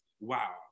Wow